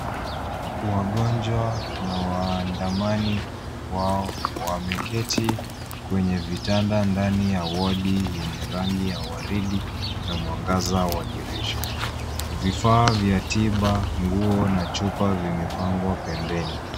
Wagonjwa na waandamani wao wameketi kwenye vitanda ndani ya wodi yenye rangi ya waridi na mwangaza wa dirisha. Vifaa vya tiba, nguo na chupa vimepangwa pembeni.